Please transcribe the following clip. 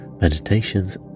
meditations